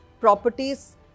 properties